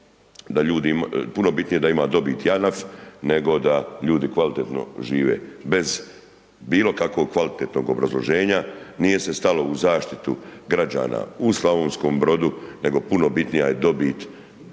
jer je puno bitnije da ima dobiti JANAF nego da ljudi kvalitetno žive bez bilokakvog kvalitetnog obrazloženja nije se stalo u zaštitu građana u Slavonskom Brodu nego puno bitnija je dobit